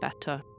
better